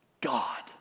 God